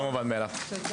הישיבה ננעלה בשעה